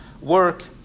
work